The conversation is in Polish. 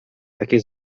takie